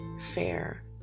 fair